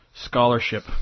Scholarship